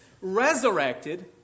resurrected